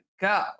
go